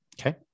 Okay